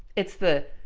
it's the.